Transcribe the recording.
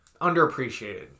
Underappreciated